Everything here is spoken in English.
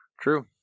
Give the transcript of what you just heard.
true